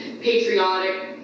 patriotic